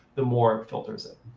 the more it filters it.